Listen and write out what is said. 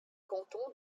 canton